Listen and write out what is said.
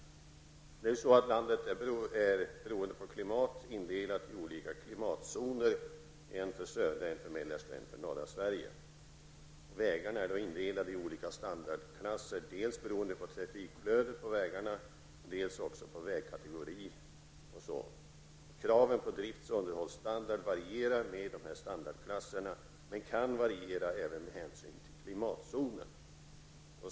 Landet är, beroende på klimatet, indelat i klimatzoner -- en för södra, en för mellersta och en för norra Sverige. Vägarna är indelade i olika standardklasser dels beroende på trafikflödet på vägarna, dels beroende på vägkategorierna. Kraven på drifts och underhållsstandard varierar med dessa standardklasser och kan variera även med hänsyn till klimatzonen.